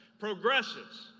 progressives,